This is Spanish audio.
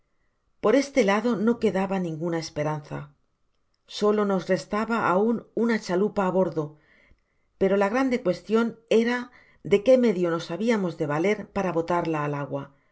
por este lado no quedaba ninguna esperanza solo nos restaba aun una chalupa á bordo pero la grande cuestion era de qué medio nos habiamos de valer para botarla al agua